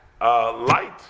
Light